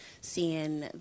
seeing